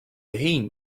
him